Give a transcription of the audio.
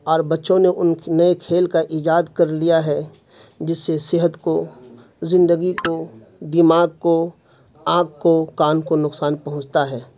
اور بچوں نے ان نئے کھیل کا ایجاد کر لیا ہے جس سے صحت کو زندگی کو دماغ کو آنکھ کو کان کو نقصان پہنچتا ہے